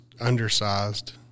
undersized